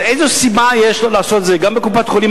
אז איזו סיבה יש לא לעשות את זה גם בקופת-חולים